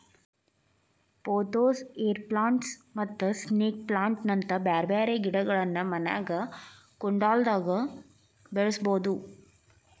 pothos, air plants ಮತ್ತ snake plant ನಂತ ಬ್ಯಾರ್ಬ್ಯಾರೇ ಗಿಡಗಳನ್ನ ಮನ್ಯಾಗ ಕುಂಡ್ಲ್ದಾಗ ಬೆಳಸಬೋದು